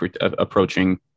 approaching